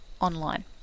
online